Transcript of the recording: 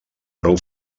prou